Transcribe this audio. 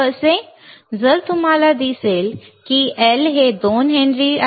तर कसे जर तुम्हाला दिसले की L हे 2 हेन्री आहे तर C हे 0